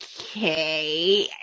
okay